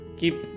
keep